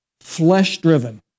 flesh-driven